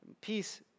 Peace